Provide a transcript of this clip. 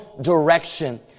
direction